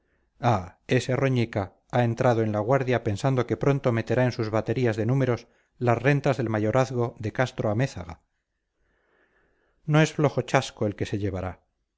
ah ese roñica ha entrado en la guardia pensando que pronto meterá en sus baterías de números las rentas del mayorazgo de castro-amézaga no es flojo chasco el que se llevará